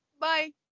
Bye